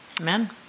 Amen